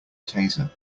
taser